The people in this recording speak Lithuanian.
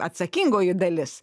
atsakingoji dalis